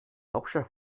hauptstadt